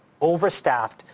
overstaffed